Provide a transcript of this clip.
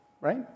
right